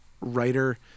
writer